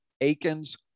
Aikens